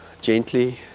gently